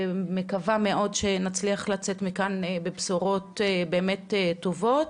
אני מקווה מאוד שנצליח לצאת מכאן בבשורות באמת טובות.